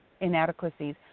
inadequacies